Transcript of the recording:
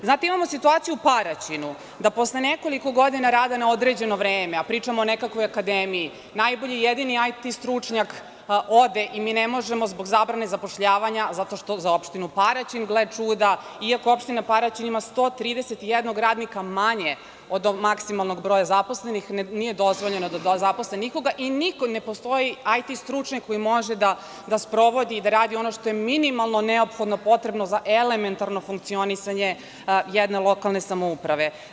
Imamo situaciju u Paraćinu da posle nekoliko godina rada na određeno vreme, a pričamo o nekakvoj akademiji, najbolji i jedini IT stručnjak ode i mi ne možemo zbog zabrane zapošljavanja, zato što za opštinu Paraćin, gle čuda, iako opština Paraćin ima 131 radnika manje od maksimalnog broja zaposlenih, nije dozvoljeno da zaposle nikoga i ne postoji IT stručnjak koji može da sprovodi i da radi ono što je minimalno neophodno, potrebno za elementarno funkcionisanje jedne lokalne samouprave.